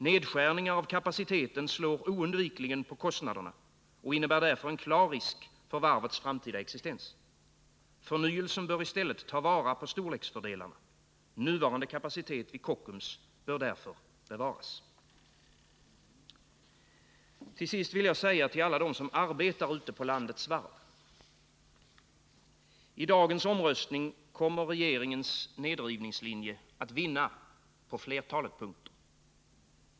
Nedskärningar av kapaciteten slår oundvikligen på kostnaderna och innebär därför en klar risk för varvets framtida existens. Förnyelsen bör i stället ta vara på storleksfördelarna. Nuvarande kapacitet vid Kockums bör därför bevaras. Till sist vill jag säga till alla dem som arbetar ute på landets varv: I dagens omröstning kommer regeringens nedrivningslinje att vinna på flertalet punkter.